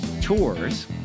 tours